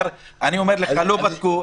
כן, בחלק של דיוני המעצר.